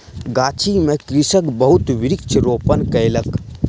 गाछी में कृषक बहुत वृक्ष रोपण कयलक